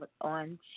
on